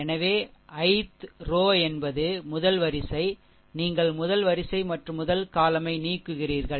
எனவே ith row என்பது முதல் வரிசை நீங்கள் முதல் வரிசை மற்றும் முதல் column யை நீக்குகிறீர்கள்